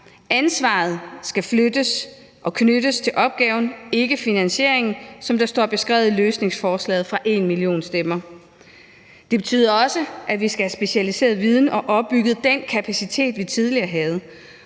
Ansvaret skal flyttes og knyttes til opgaven, ikke finansieringen, som der står beskrevet i løsningsforslaget fra #enmillionstemmer. Det betyder også, at vi skal have specialiseret viden og have opbygget den kapacitet, vi tidligere havde.